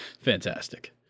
fantastic